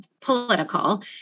political